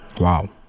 Wow